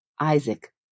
Isaac